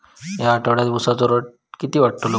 या आठवड्याक उसाचो रेट किती वाढतलो?